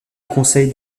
conseil